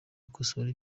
gukosora